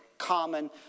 common